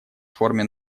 форме